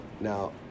now